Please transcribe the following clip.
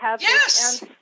Yes